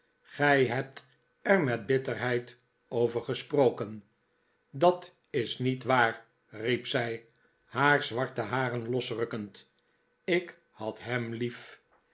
gij hebt er met bitterheid over gesproken dat is niet waar riep zij haar zwarte haren losrukkend ik had hem lief